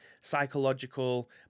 psychological